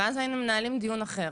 ואז היינו מנהלים דיון אחר.